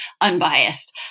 unbiased